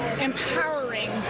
empowering